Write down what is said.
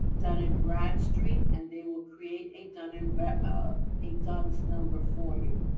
dun and bradstreet, and they will create a dun and brad, ah a duns number for you.